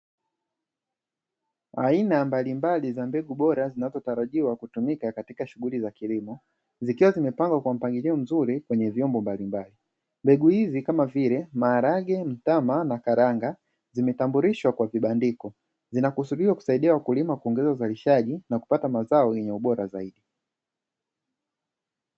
Aina mbalimbali za mbegu bora zinazotarajiwa kutumika katika shughuli za kilimo, zikiwa zimepangwa kwa mpangilio mzuri kwenye vyombo mbalimbali. Mbegu hizi kama vile: maharage, mtama na karanga; zimetambulishwa kwa kibandiko, zinakusudiwa kusaidia wakulima kuongeza uzalishaji na kupata mazao yenye ubora zaidi.